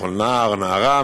לכל נער או נערה,